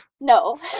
no